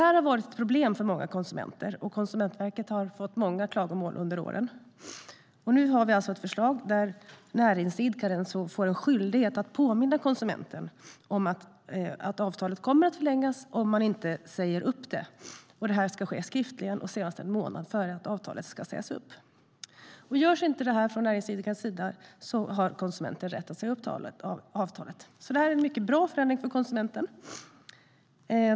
Detta har varit ett problem för många konsumenter, och Konsumentverket har fått ta emot många klagomål under åren. Nu har vi alltså ett förslag som innebär att näringsidkaren blir skyldig att påminna konsumenten om att avtalet kommer att förlängas om det inte sägs upp. Påminnelsen ska ske skriftligen och senast en månad innan avtalet ska sägas upp. Om näringsidkaren inte gör detta har konsumenten rätt att säga upp avtalet. Det är en mycket bra förändring för konsumenten.